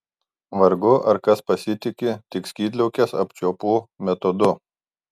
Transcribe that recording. vargu ar kas pasitiki tik skydliaukės apčiuopų metodu